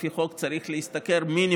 לפי החוק צריך להשתכר מינימום,